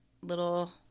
little